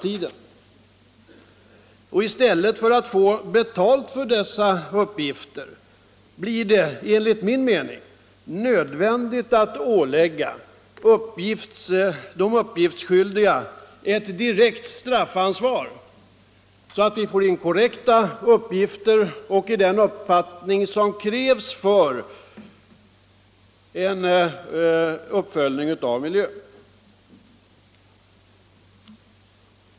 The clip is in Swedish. I stället för att ge betalt för detta uppgiftslämnande blir det enligt min mening nödvändigt att ålägga de uppgiftsskyldiga ett direkt straffansvar, så att man får in korrekta uppgifter och en uppfattning om vad som krävs för en uppföljning av miljövårdsarbetet.